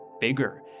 bigger